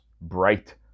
bright